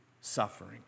suffering